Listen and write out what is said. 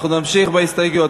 אנחנו נמשיך בהסתייגויות.